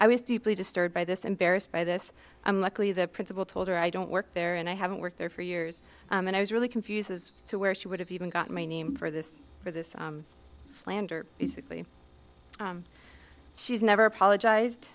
i was deeply disturbed by this embarrassed by this luckily the principal told her i don't work there and i haven't worked there for years and i was really confused as to where she would have even got my name for this for this slander basically she's never apologized